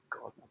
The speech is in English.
god